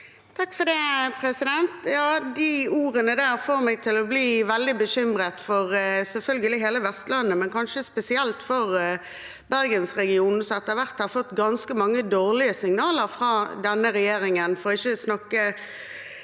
(FrP) De ordene der får meg til å bli veldig bekymret, selvfølgelig for hele Vestlandet, men kanskje spesielt for bergensregionen, som etter hvert har fått ganske mange dårlige signaler fra denne regjeringen. Ikke minst